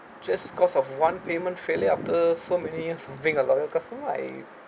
just because of one payment failure after so many years of being a loyal customer I